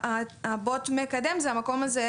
גם האמיצים האלה,